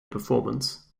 performance